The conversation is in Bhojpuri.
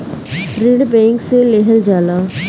ऋण बैंक से लेहल जाला